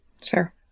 Sure